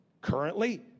currently